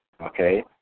okay